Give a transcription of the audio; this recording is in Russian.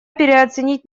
переоценить